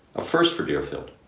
a first for deerfield.